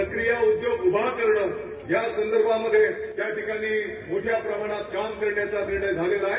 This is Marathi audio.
प्रकिया उद्योग उभा करणं या संदर्भामधे त्याठिकाणी मोठ्या प्रमाणात काम करण्याचा निर्णय झालेला आहे